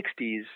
1960s